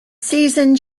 season